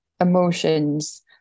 emotions